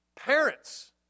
Parents